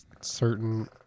certain